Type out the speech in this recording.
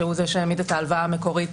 שהוא זה שהעמיד את ההלוואה המקורית,